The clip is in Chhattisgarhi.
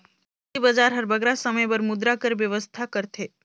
पूंजी बजार हर बगरा समे बर मुद्रा कर बेवस्था करथे